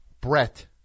Brett